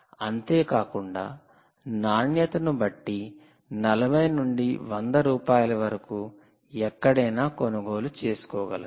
అంతేకాకుండా నాణ్యతను బట్టి 40 నుండి 100 రూపాయల వరకు ఎక్కడైనా కొనుగోలు చేసుకోగలరు